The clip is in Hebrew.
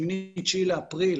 8-9 לאפריל,